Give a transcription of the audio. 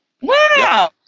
Wow